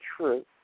truth